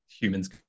humans